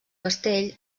castell